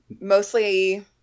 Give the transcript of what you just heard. mostly